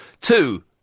Two